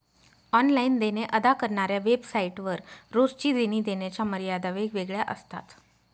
online देणे अदा करणाऱ्या वेबसाइट वर रोजची देणी देण्याच्या मर्यादा वेगवेगळ्या असतात